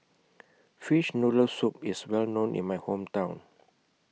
Fish Noodle Soup IS Well known in My Hometown